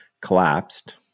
collapsed